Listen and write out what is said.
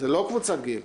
זה לא קבוצת גיל.